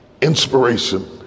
inspiration